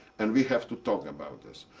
and we have to talk about this.